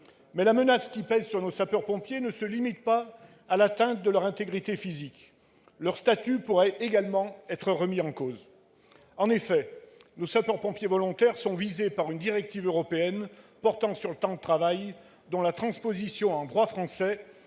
La menace qui pèse sur nos sapeurs-pompiers ne se limite pas à l'atteinte à leur intégrité physique : leur statut pourrait également être remis en cause. En effet, nos sapeurs-pompiers volontaires sont visés par une directive européenne portant sur le temps de travail, dont la transposition en droit français